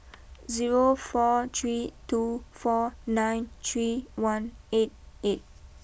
zero four three two four nine three one eight eight